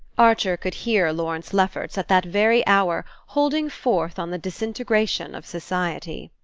archer could hear lawrence lefferts, at that very hour, holding forth on the disintegration of society.